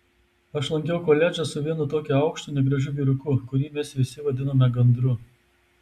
aš lankiau koledžą su vienu tokiu aukštu negražiu vyruku kurį mes visi vadinome gandru